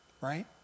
right